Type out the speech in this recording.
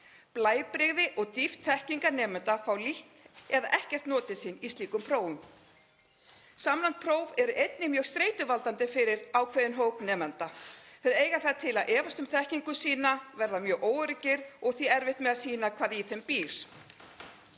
Blæbrigði og dýpt þekkingar nemenda fá lítt eða ekkert notið sín í slíkum prófum. Samræmd próf eru einnig mjög streituvaldandi fyrir ákveðinn hóp nemenda sem eiga það til að efast um þekkingu sína, verða mjög óöruggir og eiga því erfitt með að sýna hvað í þeim býr.